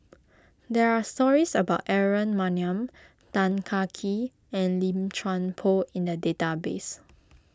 there are stories about Aaron Maniam Tan Kah Kee and Lim Chuan Poh in the database